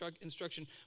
instruction